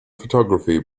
photography